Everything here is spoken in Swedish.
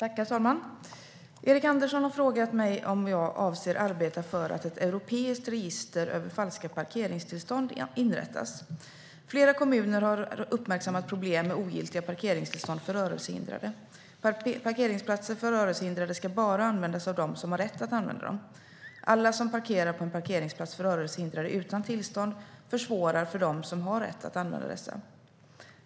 Herr talman! Erik Andersson har frågat mig om jag avser att arbeta för att ett europeiskt register över falska parkeringstillstånd inrättas. Flera kommuner har uppmärksammat problem med ogiltiga parkeringstillstånd för rörelsehindrade. Parkeringsplatser för rörelsehindrade ska bara användas av dem som har rätt att använda dem. Alla som parkerar på en parkeringsplats för rörelsehindrade utan tillstånd försvårar för dem som har rätt att använda dessa.